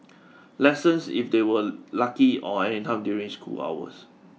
lessons if they were lucky or anytime during school hours